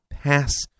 Pass